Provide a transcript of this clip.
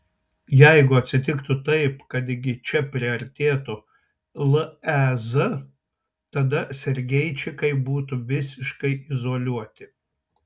jeigu atsitiktų taip kad iki čia priartėtų lez tada sergeičikai būtų visiškai izoliuoti